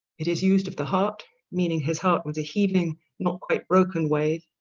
it is used of the heart meaning his heart was a healing not quite broken wave